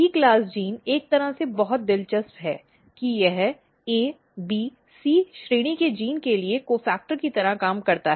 E class gene एक तरह से बहुत दिलचस्प है कि यह A B C श्रेणी के जीन के लिए कोफ़ेक्टर की तरह काम करता है